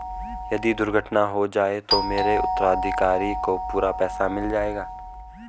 यदि दुर्घटना हो जाये तो मेरे उत्तराधिकारी को पूरा पैसा मिल जाएगा?